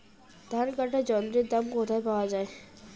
ধান কাটার যন্ত্রের দাম কোথায় পাওয়া যায়?